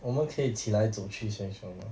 我们可以起来走去 Sheng Siong mah